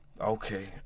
Okay